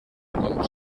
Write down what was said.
com